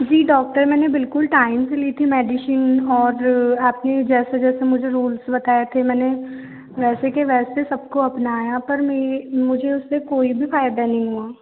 जी doctor मैंने बिल्कुल time से ली थी मेडिसिन और आपने जैसे जैसे मुझे रुल्स बताए थे मैंने वैसे के वैसे सब को अपनाया पर मे मुझे उससे कोई भी फ़ायदा नहीं हुआ